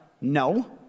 No